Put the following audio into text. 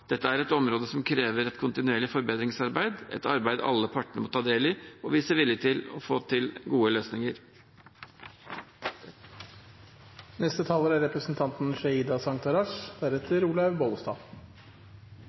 Dette er et område som krever et kontinuerlig forbedringsarbeid, et arbeid der alle partene må ta del og vise vilje til å få til gode løsninger. Etter mange år med arbeidserfaring i helse- og omsorgssektoren er